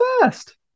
first